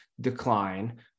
decline